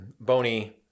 bony